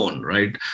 right